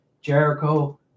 Jericho